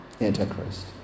Antichrist